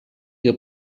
que